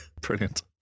Brilliant